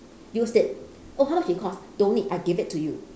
used it oh how much it costs don't need I give it to you